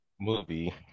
movie